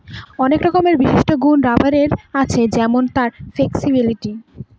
অনেক রকমের বিশিষ্ট গুন রাবারের আছে যেমন তার ফ্লেক্সিবিলিটি